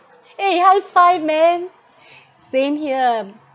eh high five man same here